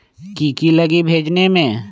की की लगी भेजने में?